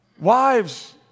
Wives